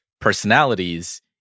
personalities